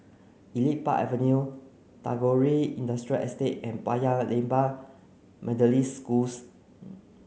Elite Park Avenue Tagore Industrial Estate and Paya Lebar Methodist Schools